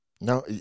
No